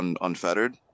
unfettered